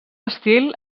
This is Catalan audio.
estil